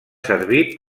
servir